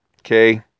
Okay